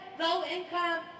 low-income